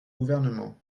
gouvernement